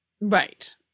Right